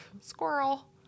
squirrel